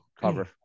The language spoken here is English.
cover